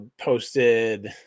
posted